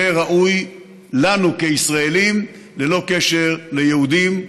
זה ראוי לנו כישראלים ללא קשר ליהודים,